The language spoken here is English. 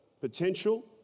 potential